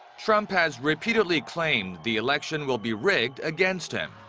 trump has repeatedly claimed the election will be rigged against him.